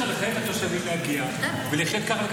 אי-אפשר לחייב את התושבים להגיע ולחיות ככה.